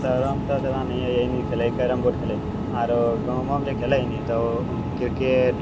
शहरो मे तऽ एहनी खेलय कैरमबोर्ड खेलय आरो गाँवो मे जे खेलय नी तऽ क्रिकेट